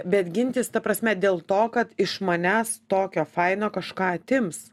bet gintis ta prasme dėl to kad iš manęs tokio faino kažką atims